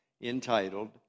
entitled